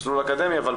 המסלול האקדמי.